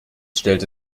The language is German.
stellte